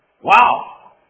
Wow